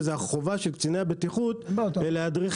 זאת החובה של קציני הבטיחות להדריך